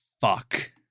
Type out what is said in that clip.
fuck